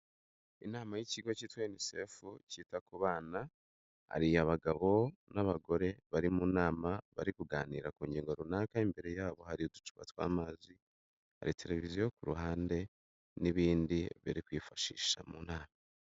Inama y'ikigo cyitwani unisefu cyita ku bana hari abagabo n'abagore bari mu nama bari kuganira ku ngingo runaka imbere yabo, hari uducupa tw'amazi hari tereviziyo ku ruhande, n'ibindi bari kwifashisha mu nama.